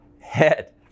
head